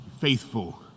faithful